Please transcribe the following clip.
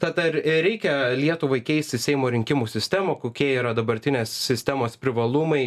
tad ar reikia lietuvai keisti seimo rinkimų sistemą kokie yra dabartinės sistemos privalumai